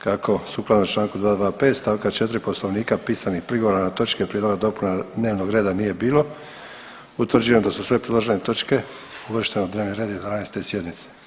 Kako sukladno Članku 225. stavku 4. Poslovnika pisanih prigovora na točke prijedloga dopuna dnevnog reda nije bilo, utvrđujem da su sve predložene točke uvrštene u dnevni red 11. sjednice.